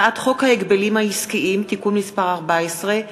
הצעת חוק ההגבלים העסקיים (תיקון מס' 14),